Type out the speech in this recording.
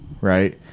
right